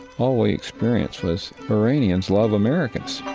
all we experienced was iranians love americans